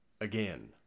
again